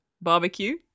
barbecue